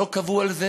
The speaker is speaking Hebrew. ולא קבעו על זה